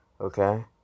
Okay